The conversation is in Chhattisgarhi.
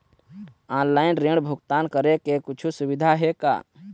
ऑनलाइन ऋण भुगतान करे के कुछू सुविधा हे का?